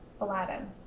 Aladdin